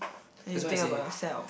then you think about yourself